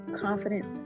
confidence